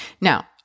Now